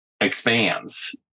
expands